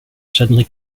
suddenly